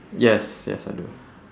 yes yes I do